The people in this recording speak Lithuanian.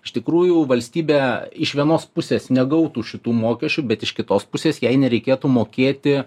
iš tikrųjų valstybė iš vienos pusės negautų šitų mokesčių bet iš kitos pusės jai nereikėtų mokėti